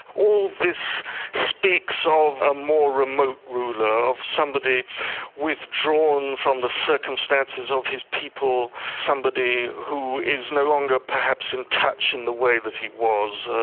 all this speaks so of a more remote ruler, of somebody withdrawn from the circumstances of his people, somebody who is no longer perhaps in touch in the way that he was.